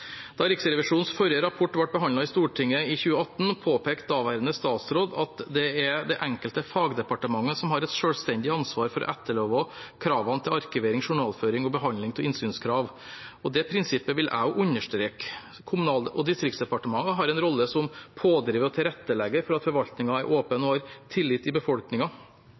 Da Riksrevisjonens forrige rapport ble behandlet av Stortinget i 2018, påpekte daværende statsråd at det er det enkelte fagdepartementet som har et selvstendig ansvar for å etterleve kravene til arkivering, journalføring og behandling av innsynskrav. Det prinsippet vil også jeg understreke. Kommunal- og distriktsdepartementet har en rolle som pådriver og tilrettelegger for at forvaltningen skal være åpen og ha tillit i